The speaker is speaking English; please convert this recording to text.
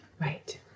Right